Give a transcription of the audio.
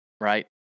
right